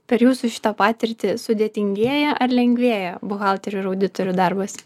per jūsų šitą patirtį sudėtingėja ar lengvėja buhalterių ir auditorių darbas